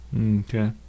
Okay